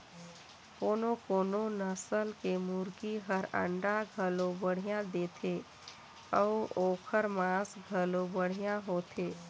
कोनो कोनो नसल के मुरगी हर अंडा घलो बड़िहा देथे अउ ओखर मांस घलो बढ़िया होथे